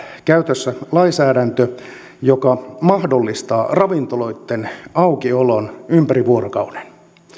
käytössä lainsäädäntö joka mahdollistaa ravintoloitten aukiolon ympäri vuorokauden